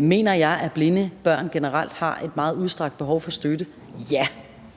Mener jeg, at blinde børn generelt har et meget udstrakt behov for støtte? Ja!